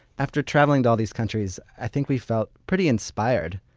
after traveling to all these countries, i think we felt pretty inspired.